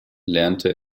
lernte